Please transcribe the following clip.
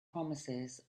promises